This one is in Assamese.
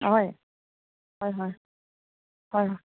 হয় হয় হয় হয় হয়